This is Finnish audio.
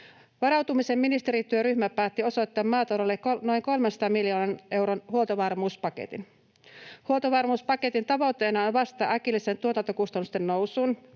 Varautumisen ministerityöryhmä päätti osoittaa maataloudelle noin 300 miljoonan euron huoltovarmuuspaketin. Huoltovarmuuspaketin tavoitteena on vastata äkilliseen tuotantokustannusten nousuun,